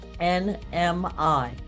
NMI